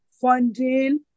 funding